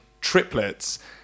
triplets